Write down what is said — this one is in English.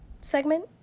segment